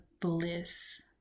bliss